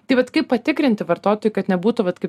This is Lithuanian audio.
tai vat kaip patikrinti vartotojui kad nebūtų vat kaip